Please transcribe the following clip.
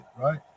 right